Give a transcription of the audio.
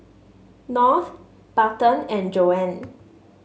North Barton and Joann